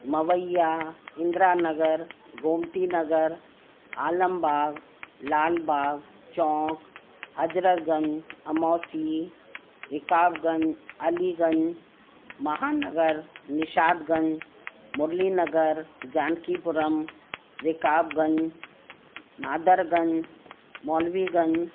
Mawaiya Indira Nagar Gomti Nagar Alambagh Lalbagh Chowk Hazratganj Amausi Rakabganj Aliganj Mahanagar Nishatganj Murli Nagar Jankipuram Rikabganj Nadarganj Maulviganj